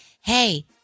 hey